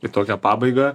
į tokią pabaigą